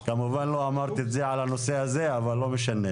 כמובן לא אמרת את זה על הנושא הזה, אבל לא משנה.